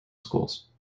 schools